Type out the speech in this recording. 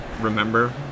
remember